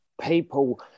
people